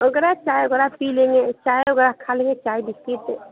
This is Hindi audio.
वगैरह चाय वगैरह पी लेंगे चाय वगैरह खा लेंगे चाय बिस्किट